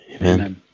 Amen